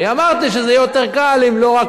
אני אמרתי שזה יהיה יותר קל אם לא רק